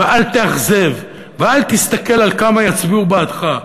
ואל תאכזב, ואל תסתכל על כמה יצביעו בעדך.